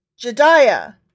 Jediah